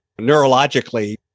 neurologically